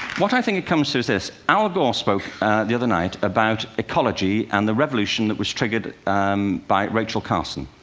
what i think it comes to is this al gore spoke the other night about ecology and the revolution that was triggered by rachel carson.